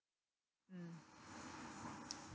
mm